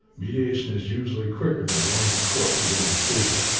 mediation is usually quicker than going to court to get a decision.